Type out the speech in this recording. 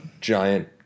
giant